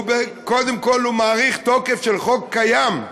שקודם כול הוא מאריך תוקף של חוק קיים,